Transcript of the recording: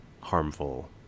harmful